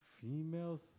Female